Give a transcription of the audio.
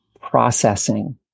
processing